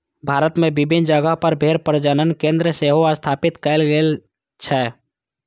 भारत मे विभिन्न जगह पर भेड़ प्रजनन केंद्र सेहो स्थापित कैल गेल छै